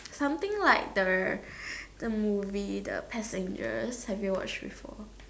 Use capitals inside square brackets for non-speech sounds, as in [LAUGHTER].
something like the [BREATH] the movie the passengers have you watch before